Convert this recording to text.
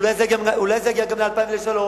אולי זה יגיע גם ל-2,000 ו-3,000?